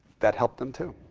that helped them too.